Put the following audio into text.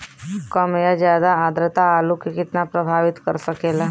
कम या ज्यादा आद्रता आलू के कितना प्रभावित कर सकेला?